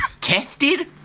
tested